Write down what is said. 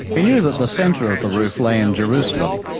he knew that the centre of the roof lay in jerusalem,